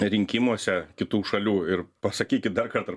rinkimuose kitų šalių ir pasakykit dar kartą